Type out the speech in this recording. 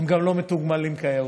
הם גם לא מתוגמלים כיאות.